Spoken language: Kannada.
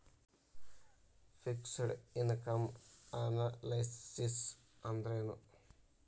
ಫಿಕ್ಸ್ಡ್ ಇನಕಮ್ ಅನಲೈಸಿಸ್ ಅಂದ್ರೆನು?